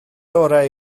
orau